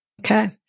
Okay